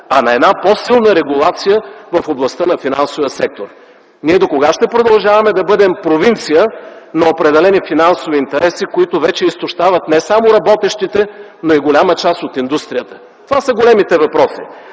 а на една по-силна регулация в областта на финансовия сектор. Ние докога ще продължаваме да бъдем провинция на определени финансови интереси, които вече изтощават не само работещите, но и голяма част от индустрията? Това са големите въпроси.